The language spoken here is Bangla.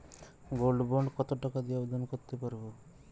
গোল্ড বন্ড কত টাকা দিয়ে আবেদন করতে পারবো?